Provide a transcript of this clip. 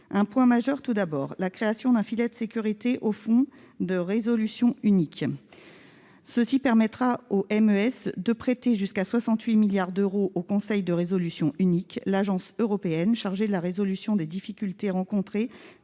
un point majeur, il crée un filet de sécurité autour du Fonds de résolution unique. Il permettra au MES de prêter jusqu'à 68 milliards d'euros au Conseil de résolution unique, c'est-à-dire l'agence européenne chargée de la résolution des difficultés rencontrées